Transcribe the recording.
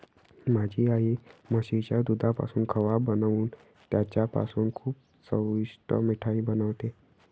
माझी आई म्हशीच्या दुधापासून खवा बनवून त्याच्यापासून खूप चविष्ट मिठाई बनवते